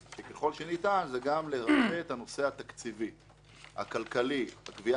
ככל שניתן, גם לרפא את הנושא הכלכלי, קביעת הכסף.